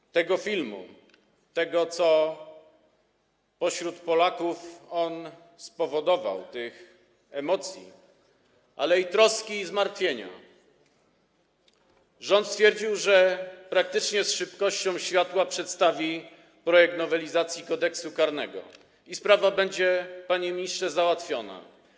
Na kanwie tego filmu, tego, co pośród Polaków on spowodował, tych emocji, ale i troski, i zmartwienia, rząd stwierdził, że praktycznie z szybkością światła przedstawi projekt nowelizacji Kodeksu karnego i sprawa będzie, panie ministrze, załatwiona.